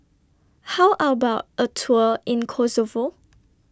How about A Tour in Kosovo